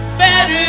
better